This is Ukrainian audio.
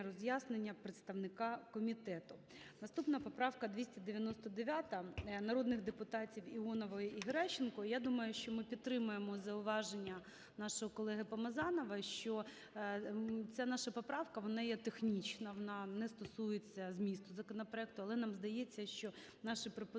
роз'яснення представника комітету. Наступна поправка 299, народних депутатів Іонової і Геращенко. Я думаю, що ми підтримаємо зауваження нашого колеги Помазанова, що ця наша поправка вона є технічна, вона не стосується змісту законопроекту. Але нам здається, що наші пропозиції